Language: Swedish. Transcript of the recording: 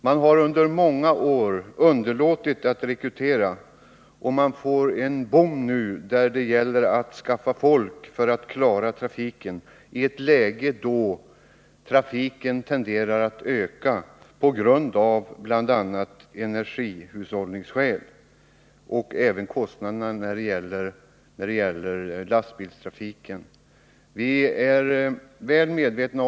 Man har under många år underlåtit att rekrytera, och denna politik ger ett explosionsartat resultat när det nu blir aktuellt att skaffa nytt folk för att klara trafiken, i ett läge där denna tenderar att öka bl.a. av energihushållningsskäl och på grund av höjda kostnader för lastbilstransporterna.